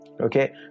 okay